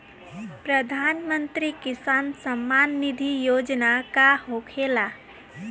प्रधानमंत्री किसान सम्मान निधि योजना का होखेला?